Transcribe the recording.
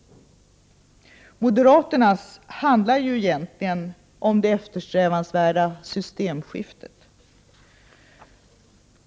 Moderaternas handlar ju egentligen om det eftersträvansvärda systemskiftet.